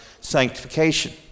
sanctification